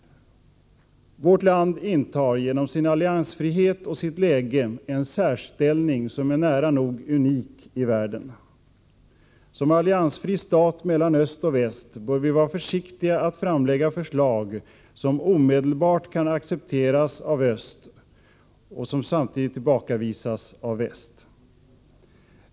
Vårt land intar genom sin alliansfrihet och sitt läge en särställning som är nära nog unik i världen. Som alliansfri stat mellan öst och väst bör vi vara försiktiga med att framlägga förslag som omedelbart kan accepteras av öst och tillbakavisas i väst.